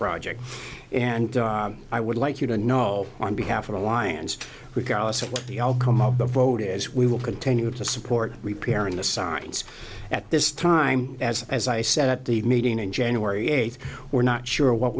project and i would like you to know on behalf of the alliance regardless of what the outcome of the vote is we will continue to support repairing the signs at this time as as i said at the meeting in january eighth we're not sure what